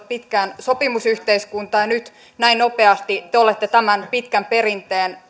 pitkään sopimusyhteiskunta ja nyt näin nopeasti te olette tämän pitkän perinteen